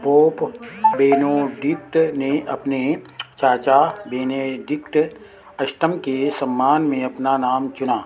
pope Benedict ने अपने चाचा बेनोडिक्ट अष्टम के सम्मान में अपना नाम चुना